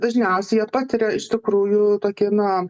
dažniausiai jie patiria iš tikrųjų tokį na